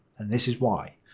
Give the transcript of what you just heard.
and this is why.